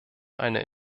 eine